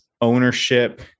ownership